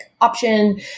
option